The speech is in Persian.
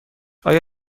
آیا